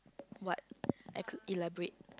what elaborate